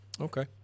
Okay